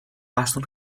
aston